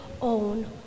own